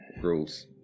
rules